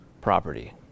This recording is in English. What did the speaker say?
property